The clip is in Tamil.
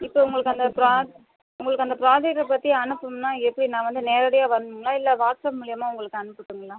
இப்போ இவங்களுக்கு அந்த ப்ரா உங்களுக்கு அந்த ப்ராஜெக்டை பற்றி அனுப்பனும்னா எப்படி நான் வந்து நேரடியாக வரனும்ங்களா இல்லை வாட்ஸ்அப் மூலயமா உங்களுக்கு அனுப்பட்டுங்களா